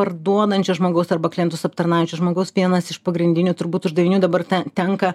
parduodančio žmogaus arba klientus aptarnaujančio žmogaus vienas iš pagrindinių turbūt uždavinių dabar ta tenka